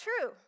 true